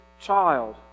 child